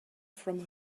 from